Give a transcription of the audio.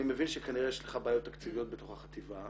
אני מבין שכנראה יש לך בעיות תקציביות בתוך החטיבה,